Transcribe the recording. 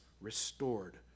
restored